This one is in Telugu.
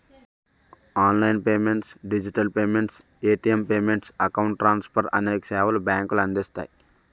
online payments digital payments, ATM payments, account transfer అనేక సేవలు బ్యాంకులు అందిస్తాయి